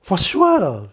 for sure